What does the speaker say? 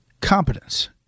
competence